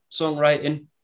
songwriting